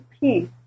peace